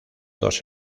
dos